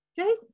Okay